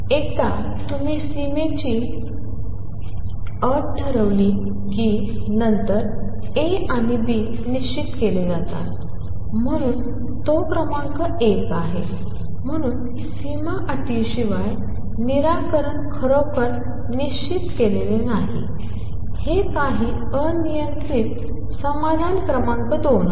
एकदा तुम्ही सीमेची अट ठरवली की नंतर A आणि B निश्चित केले जातात म्हणून तो क्रमांक 1 आहे म्हणून सीमा अटीशिवाय निराकरण खरोखर निश्चित केलेले नाही हे काही अनियंत्रित समाधान क्रमांक 2 आहे